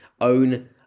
own